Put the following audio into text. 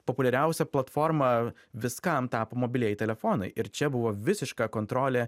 populiariausia platforma viskam tapo mobilieji telefonai ir čia buvo visiška kontrolė